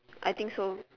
I think so